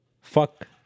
fuck